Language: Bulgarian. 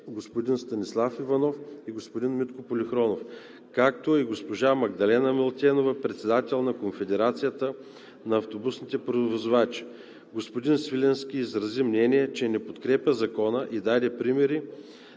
господин Станислав Иванов, господин Митко Полихронов, както и госпожа Магдалена Милтенова – председател на Конфедерацията на автобусните превозвачи. Господин Свиленски изрази мнение, че не подкрепя Закона и даде примери